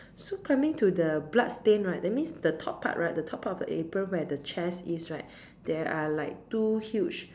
so coming to the blood stain right that means the top part right the top part of the apron where the chest is right there are like two huge